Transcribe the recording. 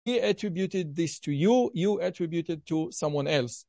he attributed this to you, you attributed to someone else.